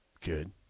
Good